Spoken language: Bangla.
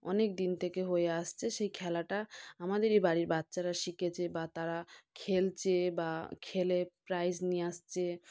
অনেকদিন থেকে হয়ে আসছে সেই খেলাটা আমাদেরই বাড়ির বাচ্চারা শিখেছে বা তারা খেলছে বা খেলে প্রাইজ নিয়ে আসছে